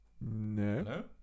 No